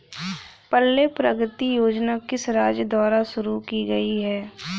पल्ले प्रगति योजना किस राज्य द्वारा शुरू की गई है?